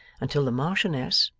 until the marchioness,